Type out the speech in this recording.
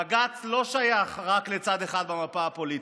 בג"ץ לא שייך רק לצד אחד במפה הפוליטית,